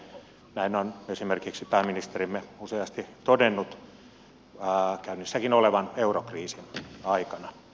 näin on esimerkiksi pääministerimme useasti todennut käynnissäkin olevan eurokriisin aikana